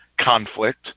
conflict